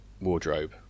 wardrobe